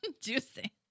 Juicy